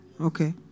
Okay